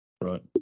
Right